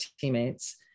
teammates